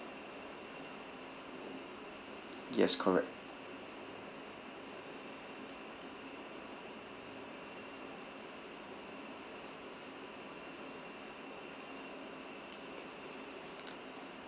yes correct